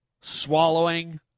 swallowing